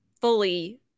fully